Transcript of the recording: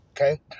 Okay